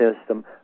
system